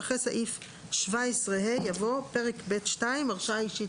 (5)אחרי סעיף 17ה יבוא: "פרק ב'2: הרשאה אישית